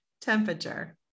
temperature